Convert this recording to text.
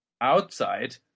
outside